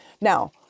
Now